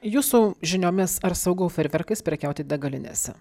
jūsų žiniomis ar saugu fejerverkais prekiauti degalinėse